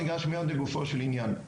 אני אגש מיד לגופו של עניין.